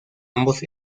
ambos